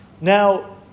Now